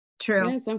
true